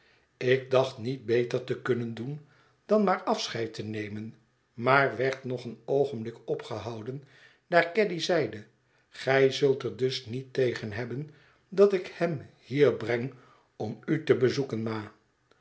ik dacht niet beter te kunnen doen dan maar afscheid te nemen maar werd nog een oogenblik opgehouden daar caddy zeide gij zult er dus niet tegen hebben dat ik hem hier breng om u te bezoeken ma